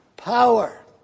Power